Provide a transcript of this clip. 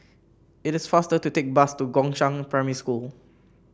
it is faster to take bus to Gongshang Primary School